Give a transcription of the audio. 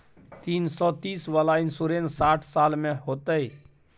तीन सौ तीस वाला इन्सुरेंस साठ साल में होतै?